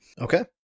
Okay